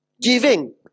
giving